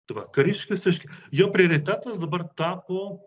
tai va kariškis reiškia jo prioritetas dabar tapo